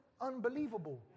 unbelievable